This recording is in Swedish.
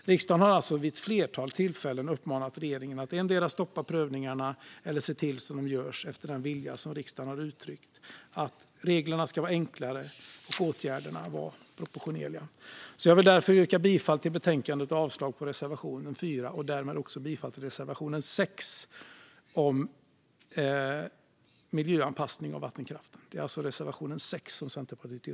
Riksdagen har alltså vid flera tillfällen uppmanat regeringen att endera stoppa prövningarna eller se till att de görs efter den vilja som riksdagen har uttryckt - att reglerna ska vara enklare och åtgärderna proportionerliga. Jag vill därför yrka bifall till förslaget samt avslag på reservation 4 och därmed också bifall till reservation 5 om miljöanpassning av vattenkraften.